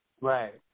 Right